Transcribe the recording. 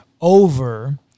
over